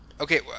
Okay